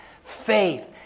faith